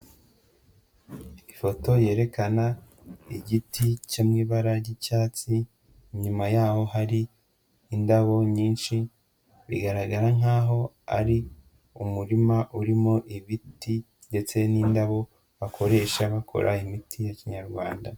Ifoto yerekana igiti cyo mu ibara ry'icyatsi, inyuma yaho hari indabo nyinshi, bigaragara nkaho ari umurima urimo ibiti ndetse n'indabo bakoresha bakora imiti ya kinyarwanda.